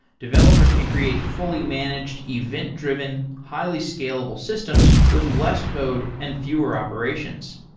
developers can create fully managed, event-driven, highly scalable systems with less code and fewer operations.